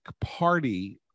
Party